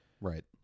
Right